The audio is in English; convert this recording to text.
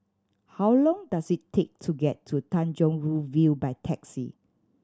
how long does it take to get to Tanjong Rhu View by taxi